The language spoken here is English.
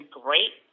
great